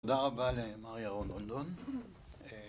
תודה רבה למר ירון לונדון